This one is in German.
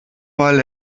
weil